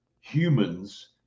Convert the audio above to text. humans